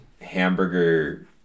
hamburger